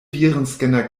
virenscanner